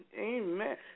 amen